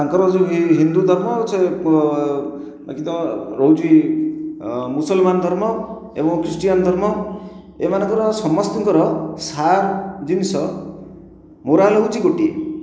ତାଙ୍କର ଯେଉଁ ହି ହିନ୍ଦୁ ଧର୍ମ ସେ ପ ବାକି ତା ହେଉଛି ଆ ମୁସଲମାନ୍ ଧର୍ମ ଏବଂ ଖ୍ରୀଷ୍ଟିୟାନ୍ ଧର୍ମ ଏମାନଙ୍କର ସମସ୍ତଙ୍କର ସା ଜିନିଷ ମୋରାଲ ହେଉଛି ଗୋଟିଏ